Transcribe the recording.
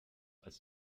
als